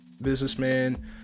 businessman